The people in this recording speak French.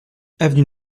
avenue